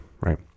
right